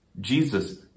Jesus